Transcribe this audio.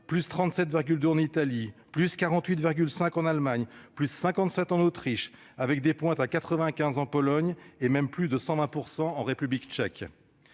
des cas en Italie, de 48,5 % en Allemagne, de 57 % en Autriche, avec des pointes à 95 % en Pologne, et même à plus de 120 % en République tchèque.